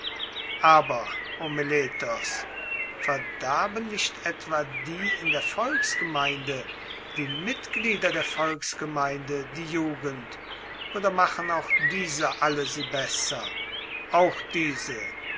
aber o meletos verderben nicht etwa die in der volksgemeinde die mitglieder der volksgemeinde die jugend oder machen auch diese alle sie besser auch diese